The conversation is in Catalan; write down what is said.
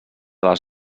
les